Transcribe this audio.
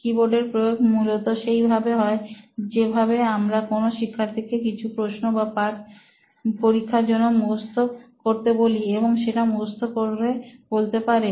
keyboard এর প্রয়োগ মূলত সেই ভাবে হয় যেভাবে আমরা কোন শিক্ষার্থীকে কিছু প্রশ্ন বা পাঠ পরীক্ষার জন্য মুখস্থ করতে বলি এবং সেটা মুখস্থ করে বলতে পারে